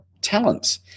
talents